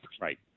Right